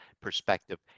perspective